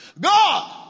God